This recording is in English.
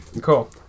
Cool